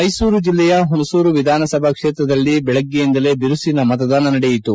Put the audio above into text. ಮೈಸೂರು ಜಿಲ್ಲೆಯ ಹುಣಸೂರು ವಿಧಾನಸಭಾ ಕ್ಷೇತ್ರದಲ್ಲಿ ಬೆಳಗ್ಗೆಯಿಂದಲೇ ಬಿರುಸಿನ ಮತದಾನ ನಡೆಯಿತು